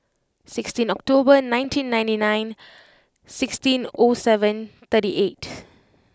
sixteen October nineteen ninety nine sixteen O seven thirty eight